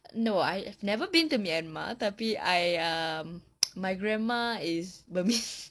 no I I have never been to myanmar tapi I um my grandma is burmese